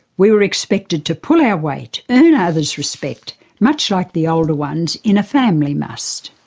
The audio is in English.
we were expected to pull our weight, earn and others' respect much like the older ones in a family must.